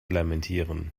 lamentieren